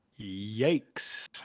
Yikes